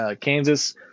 Kansas